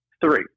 Three